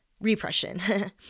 Repression